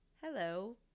hello